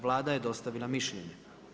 Vlada je dostavila mišljenje.